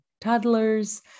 toddlers